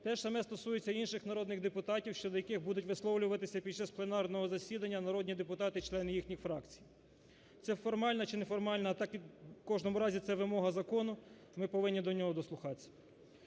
Те ж саме стосується і інших народних депутатів, щодо яких будуть висловлюватися під час пленарного засідання народні депутати – члени їхніх фракцій. Це формально чи неформально, в кожному разі це вимога закону, ми повинні до нього дослухатися.